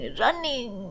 running